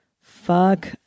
Fuck